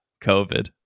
covid